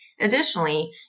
Additionally